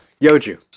Yoju